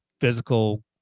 physical